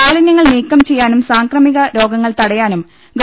മാലിനൃങ്ങൾ നീക്കം ചെയ്യാനും സാംക്രമിക രോഗങ്ങൾ തട യാനും ഗവ